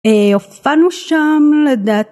הופענו שם לדעתי